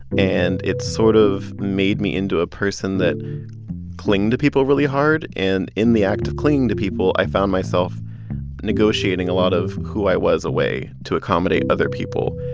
and it sort of made me into a person person that clinged to people really hard. and in the act of clinging to people, i found myself negotiating a lot of who i was away to accommodate other people.